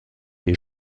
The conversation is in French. les